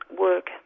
work